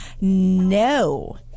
no